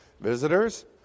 Visitors